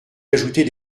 ajoutez